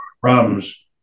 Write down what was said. problems